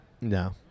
No